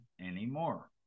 anymore